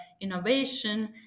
innovation